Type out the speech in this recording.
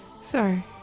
Sorry